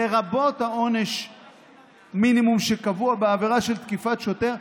לרבות עונש המינימום שקבוע בעבירה של תקיפת שוטר,